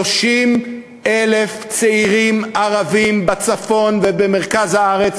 30,000 צעירים ערבים בצפון ובמרכז הארץ